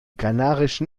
kanarischen